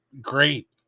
great